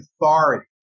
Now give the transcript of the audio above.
authority